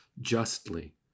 justly